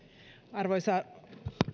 arvoisa